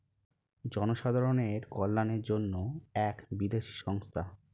জনসাধারণের কল্যাণের জন্য এক বিদেশি সংস্থা